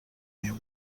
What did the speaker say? meu